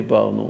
דיברנו.